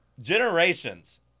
generations